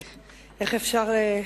1322, 1332, 1334, 1340,